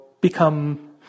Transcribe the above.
become